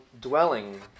dwelling